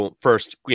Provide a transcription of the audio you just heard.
first